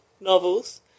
novels